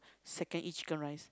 second eat chicken rice